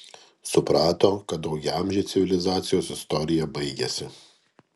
suprato kad daugiaamžė civilizacijos istorija baigiasi